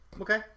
Okay